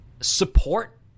support